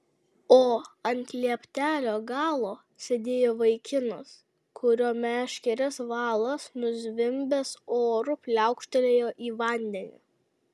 o ant lieptelio galo sėdėjo vaikinas kurio meškerės valas nuzvimbęs oru pliaukštelėjo į vandenį